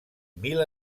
mil